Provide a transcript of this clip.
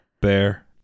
Bear